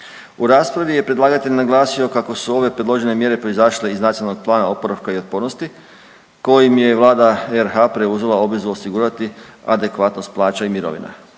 U raspravi je predlagatelj naglasio kako su ove predložene mjere proizašle iz NPOO-a kojim je Vlada RH preuzela obvezu osigurati adekvatnost plaća i mirovina.